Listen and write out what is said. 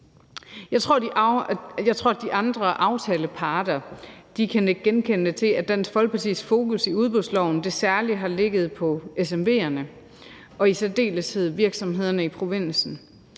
Jeg tror, at de andre aftaleparter kan nikke genkendende til, at Dansk Folkepartis fokus i ændringen af udbudsloven har ligget på SMV'erne og i særdeleshed på virksomhederne i provinsen